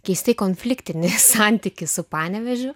keistai konfliktinį santykį su panevėžiu